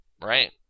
Right